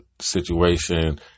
situation